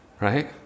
Right